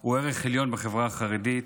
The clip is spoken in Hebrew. הוא ערך עליון בחברה החרדית